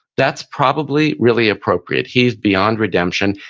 that's probably really appropriate. he's beyond redemption.